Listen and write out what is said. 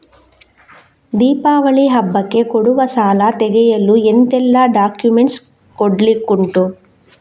ದೀಪಾವಳಿ ಹಬ್ಬಕ್ಕೆ ಕೊಡುವ ಸಾಲ ತೆಗೆಯಲು ಎಂತೆಲ್ಲಾ ಡಾಕ್ಯುಮೆಂಟ್ಸ್ ಕೊಡ್ಲಿಕುಂಟು?